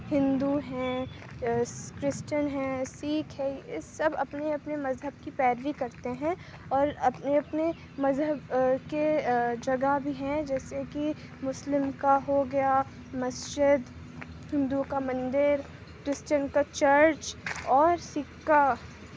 ہندو ہیں کرسچن ہیں سیکھ ہے یہ سب اپنے اپنے مذہب کی پیروی کرتے ہیں اور اپنے اپنے مذہب کے جگہ بھی ہیں جیسے کہ مسلم کا ہو گیا مسجد ہندو کا مندر کرسچن کا چرچ اور سکھ کا